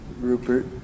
Rupert